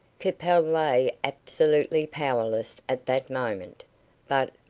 capel lay absolutely powerless at that moment but,